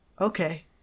okay